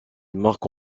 marque